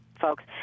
folks